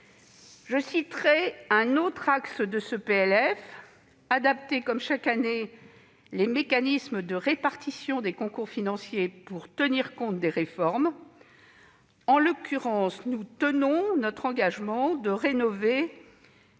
accélérée. Un autre axe de ce PLF consiste à adapter, comme chaque année, les mécanismes de répartition des concours financiers pour tenir compte des réformes. En l'occurrence, nous tenons notre engagement de rénover